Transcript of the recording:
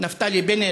נפתלי בנט,